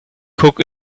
cook